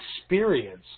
experience